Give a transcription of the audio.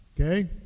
Okay